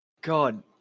God